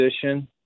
position